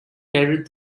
carried